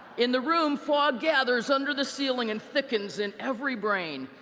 in the room, fog gathers under the ceiling and thickens in every brain.